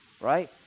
Right